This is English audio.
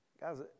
Guys